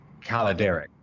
Calderic